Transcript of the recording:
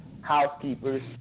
housekeepers